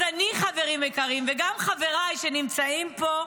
אז אני, חברים יקרים, וגם חבריי שנמצאים פה,